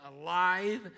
alive